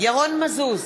ירון מזוז,